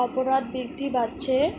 অপরাধ বৃদ্ধি বাড়ছে